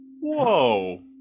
Whoa